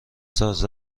ساز